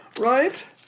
Right